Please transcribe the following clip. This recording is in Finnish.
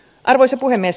arvoisa puhemies